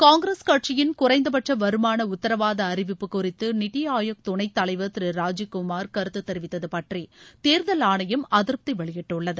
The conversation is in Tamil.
காங்கிரஸ் கட்சியின் குறைந்தபட்ச வருமான உத்தரவாத அறிவிப்பு குறித்து நித்தி ஆயோக் துணைத் தலைவர் திரு ராஜீவ் குமார் கருத்து தெரிவித்தது பற்றி தேர்தல் ஆணையம் அதிருப்தி வெளியிட்டுள்ளது